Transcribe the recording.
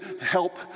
help